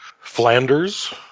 Flanders